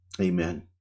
Amen